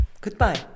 Goodbye